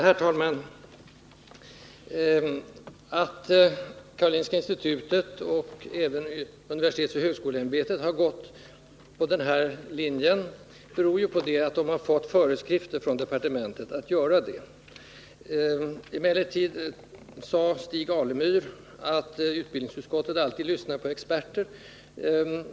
Herr talman! Att Karolinska institutet och även universitetsoch högskoleämbetet har gått på samma linje som departementet beror ju på att de fått föreskrifter från departementet att göra det. Stig Alemyr sade att utbildningsutskottet alltid lyssnar på experter.